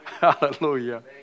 hallelujah